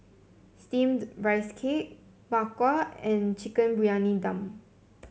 steamed Rice Cake Bak Kwa and Chicken Briyani Dum